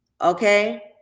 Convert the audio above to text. okay